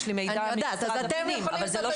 אז אתם יכולים לעשות